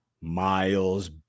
Miles